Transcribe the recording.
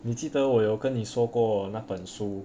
你记得我有跟你说过那本书